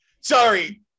Sorry